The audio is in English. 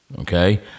okay